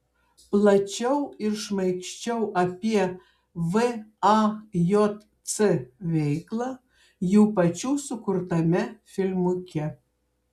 plačiau ir šmaikščiau apie vajc veiklą jų pačių sukurtame filmuke